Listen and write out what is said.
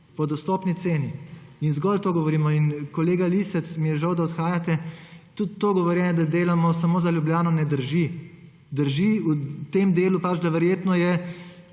Po dostopni ceni. In zgolj to govorimo. Kolega Lisec – mi je žal, da odhajate –, tudi to govorjenje, da delamo samo za Ljubljano ne drži. Drži v tem delu pač, da verjetno je